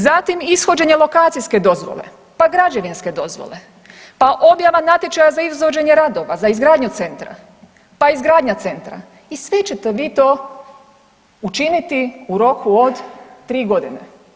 Zatim ishođenje lokacijske dozvole, pa građevinske dozvole, pa objava natječaja za izvođenje radova, za izgradnju centra, pa izgradnja centra i sve ćete vi to učini u roku od 3 godine.